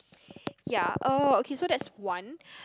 ya uh okay so that's one